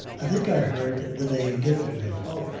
i think i heard the name given to him. oh,